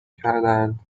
کردهاند